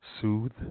Soothe